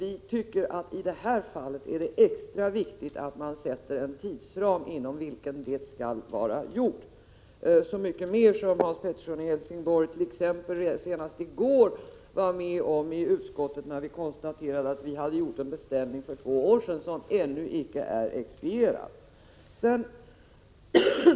I det här fallet vill vi sätta en tidsram inom vilken det skall vara gjort, detta så mycket mer som Hans Pettersson i Helsingborg senast i går var med om i utskottet att konstatera att vi hade gjort en beställning för två år sedan som ännu inte är expedierad.